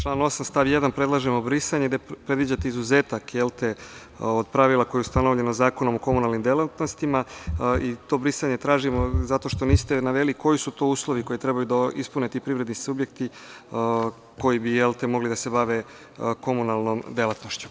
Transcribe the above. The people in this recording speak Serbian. Član 8. stav 1. predlažemo brisanje gde predviđate izuzetak pravila koje je ustanovljeno Zakonom o komunalnim delatnostima i to brisanje tražimo zato što niste naveli koji su to uslovi koje treba da ispune ti privredni subjekti koji bi mogli da se bave komunalnom delatnošću.